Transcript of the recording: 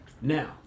Now